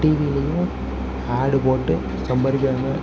டிவிலேயும் ad போட்டு சம்பாதிக்கிறாங்க